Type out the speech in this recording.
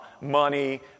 money